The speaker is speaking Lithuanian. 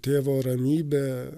tėvo ramybę